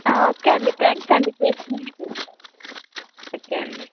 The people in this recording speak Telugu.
ఓకే అండి థాంక్స్ అండి చేసినందుకు ఓకే అండి